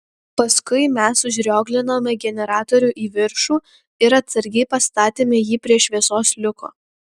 paskui mes užrioglinome generatorių į viršų ir atsargiai pastatėme jį prie šviesos liuko